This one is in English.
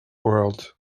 world